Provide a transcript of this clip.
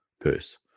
purse